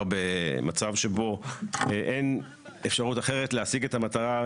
במצב שבו אין אפשרות אחרת להשיג את המטרה,